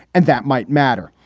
and that might matter.